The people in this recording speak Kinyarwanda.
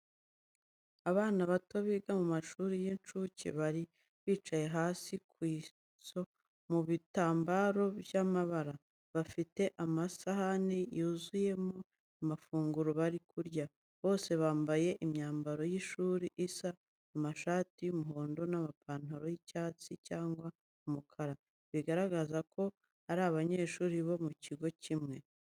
Abana bato biga mu mashuri y’incuke bari bicaye hasi ku zikoze mu bitambaro by'amabara, bafite amasahani yuzuyemo amafunguro bari kurya. Bose bambaye imyambaro y’ishuri isa, amashati y’umuhondo n’amapantaro y’icyatsi cyangwa umukara, bigaragaza ko ari abanyeshuri bo mu kigo kimwe.